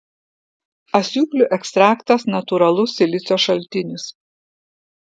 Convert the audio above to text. asiūklių ekstraktas natūralus silicio šaltinis